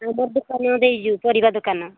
ଆମର ଦୋକାନ ଦେଇଛୁ ପରିବା ଦୋକାନ